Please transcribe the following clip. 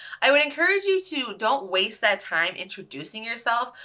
i would encourage you to don't waste that time introducing yourself,